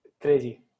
crazy